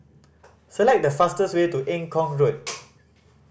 select the fastest way to Eng Kong Road